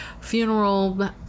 funeral